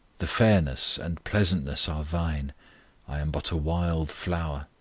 the fairness and pleasantness are thine i am but a wild flower,